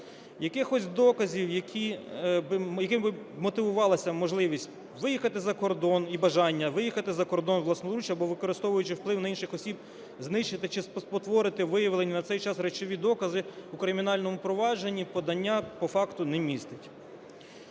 Якихось доказів, якими би мотивувалася можливість виїхати за кордон і бажання виїхати за кордон власноруч або використовуючи вплив на інших осіб знищити чи спотворити виявлений на цей час речові докази, у кримінальному провадженні подання по факту не містить.